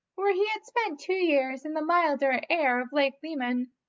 where he had spent two years in the milder air of lake leman.